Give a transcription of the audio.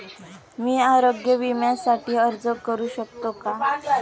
मी आरोग्य विम्यासाठी अर्ज करू शकतो का?